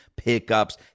Pickups